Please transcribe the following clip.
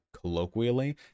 colloquially